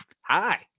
hi